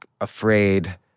afraid